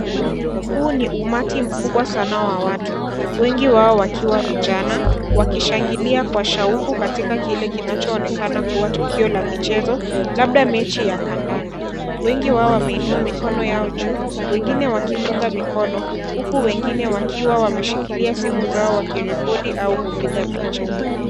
Huu ni umati mkubwa sana wa watu, wengi wao wakiwa vijana wakishangilia kwa shauku katika kile kinachoonekana kuwa tukio la michezo, labda mechi ya kandanda, wengi wao wameinua mikono yao juu wengine wakipunga mikono huku wengine wakiwa wameshikilia simu zao wakirekodi au kupiga picha.